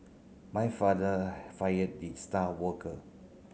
my father fired the star worker